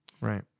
Right